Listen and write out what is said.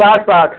साठ साठ